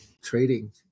trading